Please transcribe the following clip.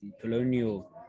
colonial